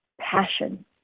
passion